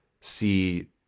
see